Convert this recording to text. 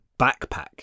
backpack